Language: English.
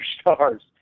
stars